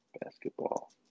Basketball